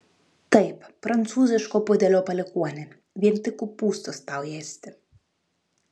taip prancūziško pudelio palikuoni vien tik kopūstus tau ėsti